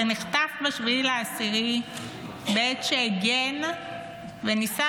שנחטף ב-7 באוקטובר בעת שהגן וניסה